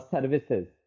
services